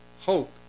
hope